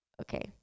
Okay